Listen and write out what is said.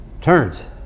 turns